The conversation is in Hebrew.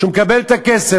שמקבל את הכסף,